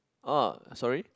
oh sorry